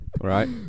Right